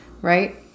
right